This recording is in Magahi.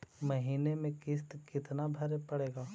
महीने में किस्त कितना भरें पड़ेगा?